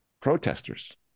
protesters